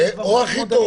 או זה או שהכי טוב,